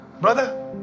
Brother